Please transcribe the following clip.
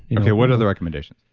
and okay, what are the recommendations?